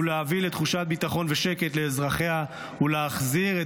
להביא לתחושת ביטחון ושקט לאזרחיה ולהחזיר את